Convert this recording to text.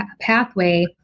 pathway